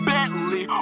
Bentley